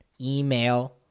Email